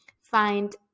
find